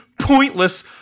pointless